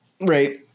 Right